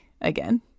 again